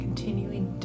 Continuing